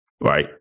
Right